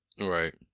Right